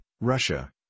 Russia